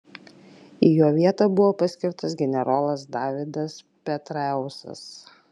į jo vietą buvo paskirtas generolas davidas petraeusas